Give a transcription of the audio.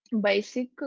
basic